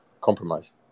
compromise